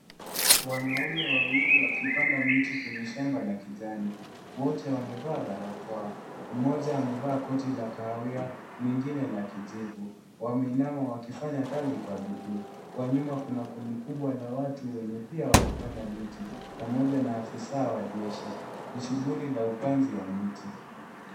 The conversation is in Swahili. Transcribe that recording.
Wanaume wawili wakipanda miti kwenye shamba la kijani. Wote wamevaa barakoa. Mmoja amevaa koti la kahawia. mwingine la kijivu. Wameinama wakifanya kazi kwa bidii. Kwa nyuma kuna kundi kubwa la watu wenye pia wakipanda miti pamoja na afisa wa jeshi. Ni shuguli la upanzi wa miti.